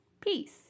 Peace